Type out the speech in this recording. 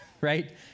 right